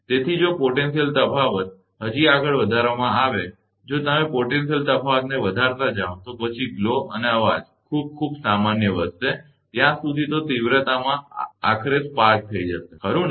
તેથી જો પોટેન્શિયલ તફાવત હજી આગળ વધારવામાં આવે જો તમે પોટેન્શિયલ તફાવતને વધારતા જાઓ તો પછી ગ્લો અને અવાજ ખૂબ ખૂબ સામાન્ય વધશે ત્યાં સુધી તો તીવ્રતામાં આખરે સ્પાર્ક થઈ જશે ખરું ને